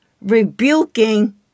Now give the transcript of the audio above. rebuking